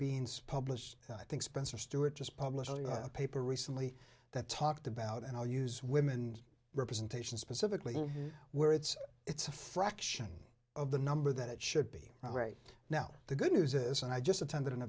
beans published i think spencer stuart just published a paper recently that talked about and i'll use women representation specifically where it's it's a fraction of the number that it should be right now the good news is and i just attend